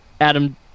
Adam